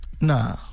Nah